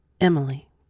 Emily